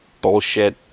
bullshit